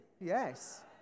Yes